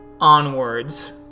onwards